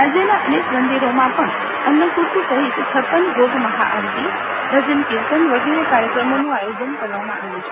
રાજયના અનેક ર્માદરોમાં પણ અન્નકૂટ સહિત છપ્પનભોગ મહાઆરતી ભજનકીતન વગેરે કા ર્યક્રમોન આયોજન કરવામાં આવ્યું છ